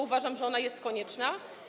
Uważam, że ona jest konieczna.